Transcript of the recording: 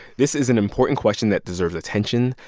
this is an important question that deserves attention.